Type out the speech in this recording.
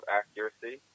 accuracy